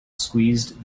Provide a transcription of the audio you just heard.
squeezed